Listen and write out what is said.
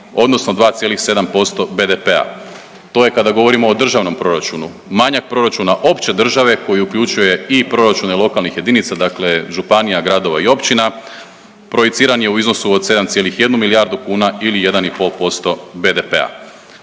odnosno 2,7% BDP-a. To je kada govorimo o državnom proračunu. Manjak proračuna opće države koji uključuje i proračune lokalnih jedinica, dakle županija, gradova i općina projiciran je u iznosu od 7,1 milijardu kuna ili 1,5% BDP-a.